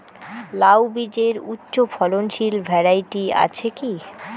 লাউ বীজের উচ্চ ফলনশীল ভ্যারাইটি আছে কী?